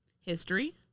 History